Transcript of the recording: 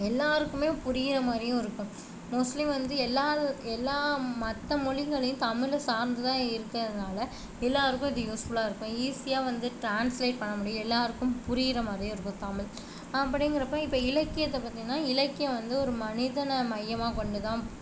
எல்லாருக்குமே புரிகிற மாதிரியும் இருக்கும் மோஸ்ட்லி வந்து எல்லா எல்லா மற்ற மொழிகளையும் தமிழை சார்ந்துதான் இருக்கறதுனால் எல்லாருக்கும் இது யூஸ்ஃபுல்லாக இருக்கும் ஈஸியாக வந்து ட்ரான்ஸ்லேட் பண்ண முடியும் எல்லாருக்கும் புரிகிற மாதிரியும் இருக்கும் தமிழ் அப்படிங்கிறப்போ இப்போ இலக்கியத்தை பார்த்திங்னா இலக்கியம் வந்து ஒரு மனிதனை மையமாக கொண்டுதான்